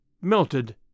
melted